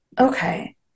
Okay